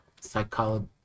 psychology